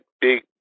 big